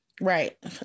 Right